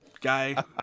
guy